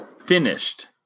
Finished